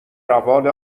روال